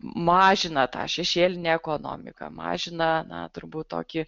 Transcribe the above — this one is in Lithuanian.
mažina tą šešėlinę ekonomiką mažina na turbūt tokį